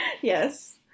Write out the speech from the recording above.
Yes